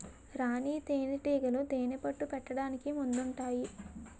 రాణీ తేనేటీగలు తేనెపట్టు పెట్టడానికి ముందుంటాయి